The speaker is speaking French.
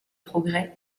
progrès